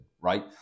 right